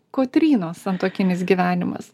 kotrynos santuokinis gyvenimas